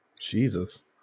Jesus